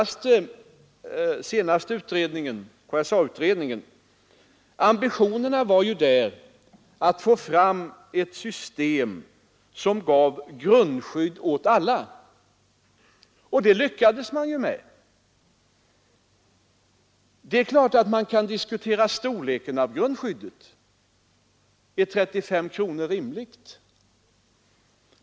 I den senaste utredningen, KSA-utredningen, var ambitionerna att få fram ett system som gav ett grundskydd åt alla. Och det lyckades utredningen med. Det är klart att man kan diskutera storleken av grundskyddet; är 35 kronor rimligt?